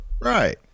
Right